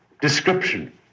description